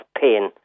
pain